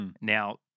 Now